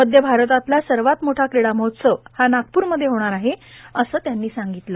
मध्य भारतातला सर्वात मोठा क्रीडा महोत्सव हा नागपूरमध्ये होणार आहे असं त्यांनी सांगितलं